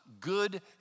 good